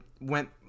went